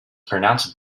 pronounced